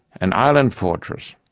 an island fortress.